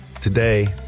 Today